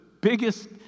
biggest